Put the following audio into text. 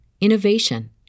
innovation